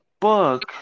book